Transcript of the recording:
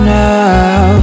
now